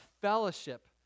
fellowship